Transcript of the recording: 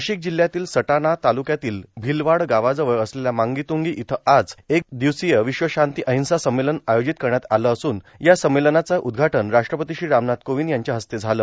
नाशिक जिल्हयातील सद्यणा तालुक्यातील भिलवाड गावाजवळ असलेला मांगीवुंगी इथं आज एक दिवसीय विश्वशांती अहिंसा संमेलन आयोजित करण्यात आलं असून या संमेलनाचं उद्घाटन राष्ट्रपती श्री रामनाथ कोविंद यांच्या हस्ते झालं